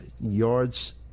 yards